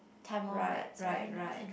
Tamil word sorry not and